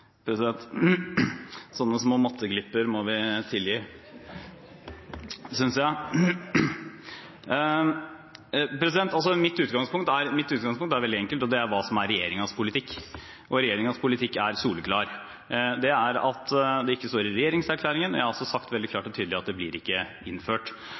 matteglipper må vi kunne tilgi, synes jeg! Mitt utgangspunkt er veldig enkelt, og det er hva som er regjeringens politikk. Regjeringens politikk er soleklar, og det er at det ikke står i regjeringserklæringen. Jeg har også sagt veldig tydelig at dette ikke blir innført.